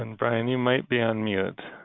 and bryan you might be on mute.